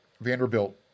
Vanderbilt